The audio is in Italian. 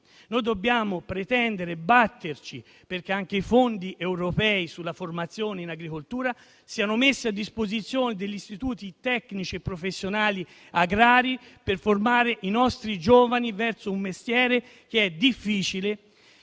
Dobbiamo pretendere e batterci perché anche i fondi europei sulla formazione in agricoltura siano messi a disposizione degli istituti tecnici e professionali agrari, per formare i nostri giovani verso un mestiere difficile